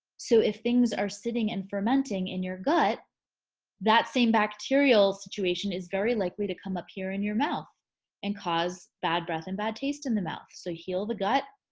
so if things are sitting and fermenting in your gut that same bacterial situation is very likely to come up here in your mouth and cause bad breath and bad taste in the mouth. so heal the gut,